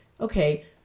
okay